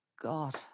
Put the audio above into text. God